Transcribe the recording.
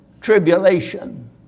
tribulation